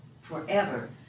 forever